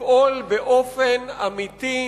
לפעול באופן אמיתי,